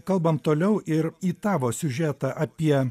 kalbam toliau ir į tavo siužetą apie